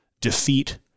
defeat